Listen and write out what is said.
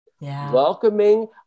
welcoming